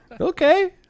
Okay